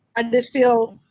ah just feel.